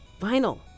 Vinyl